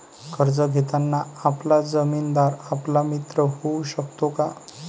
कर्ज घेताना आपला जामीनदार आपला मित्र होऊ शकतो का?